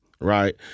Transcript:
right